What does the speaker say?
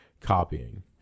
copying